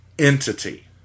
Entity